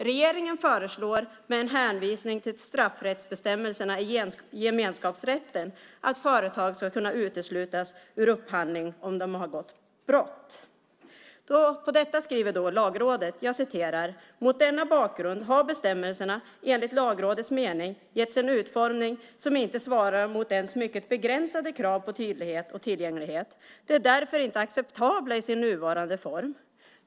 Regeringen föreslår med hänvisning till straffrättsbestämmelserna i gemenskapsrätten att företag ska kunna uteslutas ur upphandling om de har begått brott. Om detta skriver då Lagrådet: "Mot denna bakgrund har bestämmelserna, enligt Lagrådets mening, getts en utformning som inte svarar mot ens mycket begränsade krav på tydlighet och tillgänglighet. De är därför inte acceptabla i sin nuvarande form."